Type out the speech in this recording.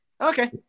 Okay